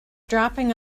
dropping